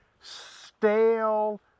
Stale